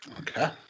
Okay